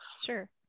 Sure